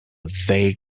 vague